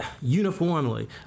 uniformly